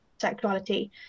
sexuality